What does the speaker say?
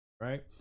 right